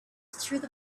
through